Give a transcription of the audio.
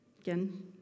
Again